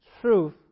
Truth